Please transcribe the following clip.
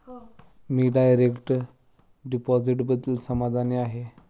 मी direct डिपॉझिटबद्दल समाधानी आहे